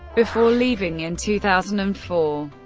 before leaving in two thousand and four.